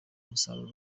umusaruro